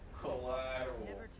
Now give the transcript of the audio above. Collateral